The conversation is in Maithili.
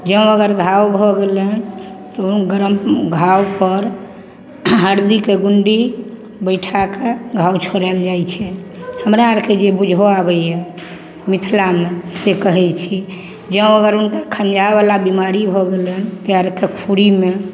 जँ अगर घाओ भऽ गेलनि तऽ गरम घाओपर हरदीके गुण्डी बैठाके घाओ छोड़ाएल जाइ छै हमरा आरके जे बुझऽ आबैए मिथिलामे से कहै छी जँ अगर हुनकर खलिआवला बेमारी भऽ गेलनि पाएरके खुरमे